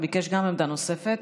גם הוא ביקש עמדה נוספת.